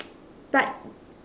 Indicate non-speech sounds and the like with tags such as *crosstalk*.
*noise* but